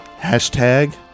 Hashtag